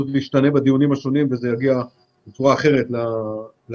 עוד ישתנה בדיונים השונים וזה יגיע בצורה אחרת להחלטות,